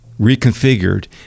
reconfigured